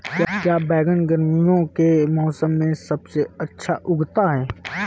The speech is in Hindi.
क्या बैगन गर्मियों के मौसम में सबसे अच्छा उगता है?